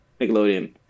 Nickelodeon